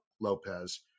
Lopez